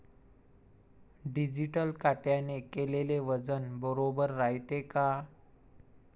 Digital काट्याने केलेल वजन बरोबर रायते का?